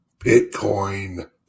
Bitcoin